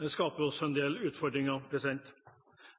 Det skaper også en del utfordringer.